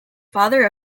father